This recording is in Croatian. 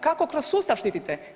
Kako kroz sustav štitite?